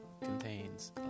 contains